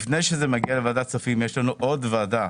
לפני שזה מגיע לוועדת הכספים יש לנו עוד ועדה